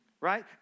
Right